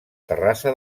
terrassa